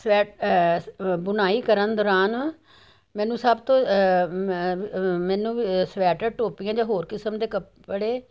ਸਵੈ ਬੁਣਾਈ ਕਰਨ ਦੌਰਾਨ ਮੈਨੂੰ ਸਭ ਤੋਂ ਮੈਨੂੰ ਮੈਨੂੰ ਸਵੈਟਰ ਟੋਪੀਆਂ ਜਾਂ ਹੋਰ ਕਿਸਮ ਦੇ ਕੱਪੜੇ